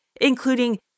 including